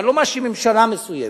ואני לא מאשים ממשלה מסוימת,